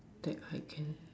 that I can